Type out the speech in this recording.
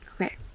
Okay